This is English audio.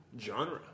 genre